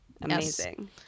Amazing